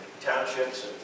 townships